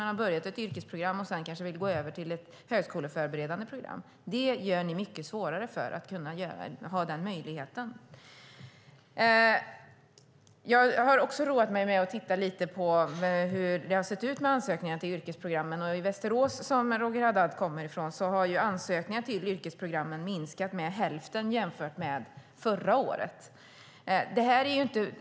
Man kan ha börjat på ett yrkesprogram men vill kanske gå över till ett högskoleförberedande program. Ni gör det mycket svårare när det gäller att ha den möjligheten. Jag har också roat mig med att lite grann titta på hur det sett ut när det gäller ansökningar till yrkesprogrammen. I Västerås, som Roger Haddad kommer från, har antalet ansökningar till yrkesprogrammen minskat med hälften jämfört med hur det var förra året.